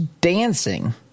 dancing